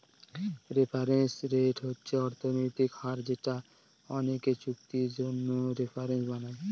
reference rate হচ্ছে অর্থনৈতিক হার যেটা অনেকে চুক্তির জন্য রেফারেন্স বানায়